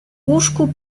łóżku